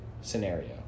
scenario